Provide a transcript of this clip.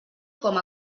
com